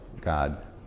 God